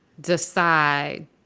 decide